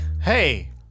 Hey